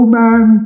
man